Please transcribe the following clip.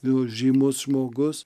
jau žymus žmogus